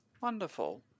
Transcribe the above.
Wonderful